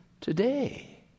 today